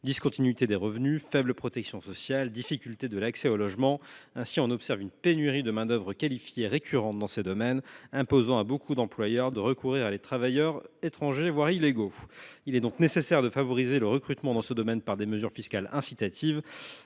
discontinuité des revenus, faible protection sociale, difficultés de l’accès au logement. Ainsi observe t on une pénurie de main d’œuvre qualifiée, récurrente dans ce domaine, qui oblige de nombreux employeurs à recourir à des travailleurs étrangers, voire illégaux. Il est donc nécessaire de favoriser le recrutement par des mesures fiscales incitatives,